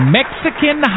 Mexican